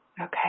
Okay